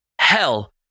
hell